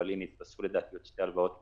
אבל נכנסו לדעתי עוד שתי הלוואות מאז.